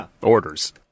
orders